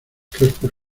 crespos